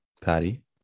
Patty